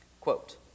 Quote